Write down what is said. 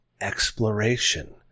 Exploration